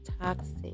toxic